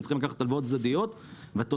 הם צריכים לקחת הלוואות צדדיות.